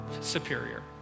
superior